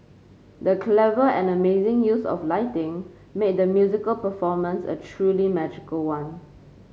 the clever and amazing use of lighting made the musical performance a truly magical one